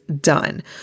done